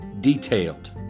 detailed